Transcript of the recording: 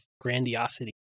grandiosity